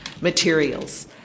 materials